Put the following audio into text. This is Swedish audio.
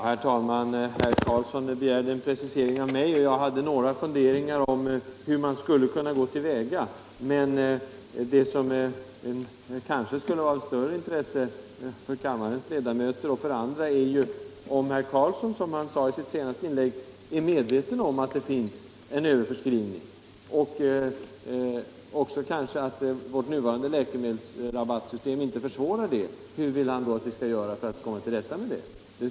Herr talman! Herr Karlsson i Huskvarna begärde en precisering av mig, och jag hade några funderingar om hur man skulle kunna gå till väga. Men det är ju en annan sak som är av större intresse för kammarens ledamöter och för andra: Om herr Karlsson, som han sade i sitt senaste inlägg, är medveten om att det förekommer överförskrivning och kanske också att vårt nuvarande läkemedelsrabattsystem inte försvårar en sådan, hur vill han då att vi skall göra för att komma till rätta med detta förhållande?